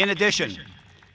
in addition